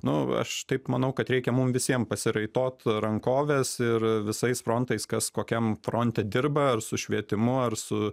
nu aš taip manau kad reikia mum visiem pasiraitot rankoves ir visais frontais kas kokiam fronte dirba ar su švietimu ar su